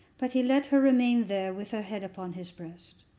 but he let her remain there, with her head upon his breast.